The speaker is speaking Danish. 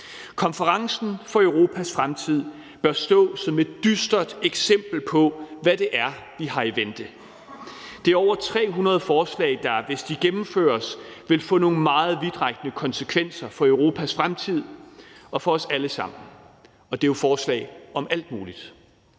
Konferencen om Europas fremtid bør stå som et dystert eksempel på, hvad det er, vi har i vente. Det er over 300 forslag, der, hvis de gennemføres, vil få nogle meget vidtrækkende konsekvenser for Europas fremtid og for os alle sammen. Og det er forslag om alt muligt